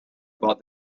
about